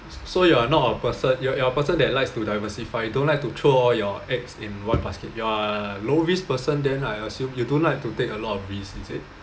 so you're not a person you're you're person that likes to diversify don't like to throw all your eggs in one basket you're a low risk person then I assume you don't like to take a lot of risks is it